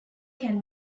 can